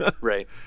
Right